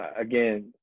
again